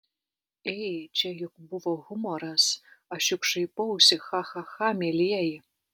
ei čia juk buvo humoras aš juk šaipausi cha cha cha mielieji